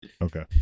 Okay